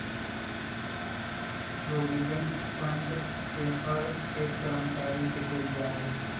provident fund के हर एक कर्मचारी के देल जा हई